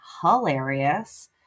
hilarious